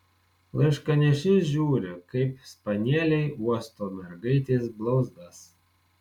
laiškanešys žiūri kaip spanieliai uosto mergaitės blauzdas